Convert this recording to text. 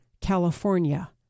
California